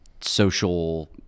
social